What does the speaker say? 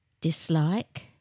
dislike